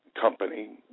company